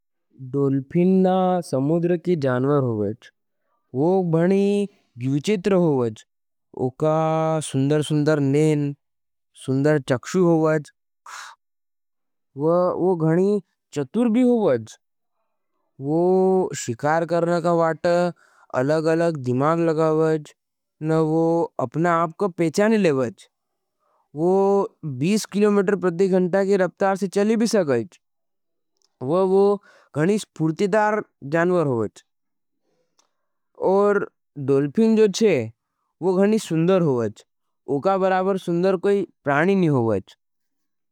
डॉलफिन ना समुद्र के जानवर होवज। वो गणी जुझेत्र होवज। उका सुन्दर सुन्दर नेन, सुन्दर चक्षु होवज। वो गणी चतूर भी होवज। वो शिकार करना का वाट अलग अलग दिमाग लगाओज। न वो अपना आपका पेचानी लेवज। वो बीश किलोमेटर प्रति घंटा के रप्तार से चली भी सगाईच। वो गणी श्पूर्टितार जानवर होवज। और डॉलफिन जो चे, वो गणी सुन्दर होवज। उका बराबर सुन्दर कोई प्राणी ने होवज।